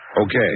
Okay